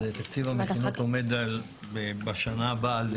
אז תקציב המדינה עומד בשנה הבאה,